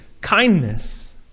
kindness